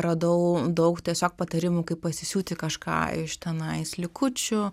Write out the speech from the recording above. radau daug tiesiog patarimų kaip pasisiūti kažką iš tenais likučių